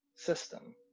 system